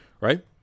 Right